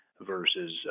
versus